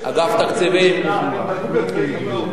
אגף תקציבים.